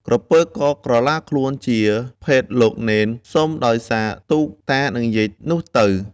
ក្រពើក៏កាឡាខ្លួនជាភេទលោកនេន សុំដោយសារទូកតានិងយាយនោះទៅ ។